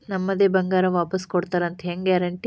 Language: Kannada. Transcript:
ನಮ್ಮದೇ ಬಂಗಾರ ವಾಪಸ್ ಕೊಡ್ತಾರಂತ ಹೆಂಗ್ ಗ್ಯಾರಂಟಿ?